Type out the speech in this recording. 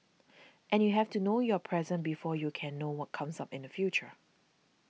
and you have to know your present before you can know what comes up in the future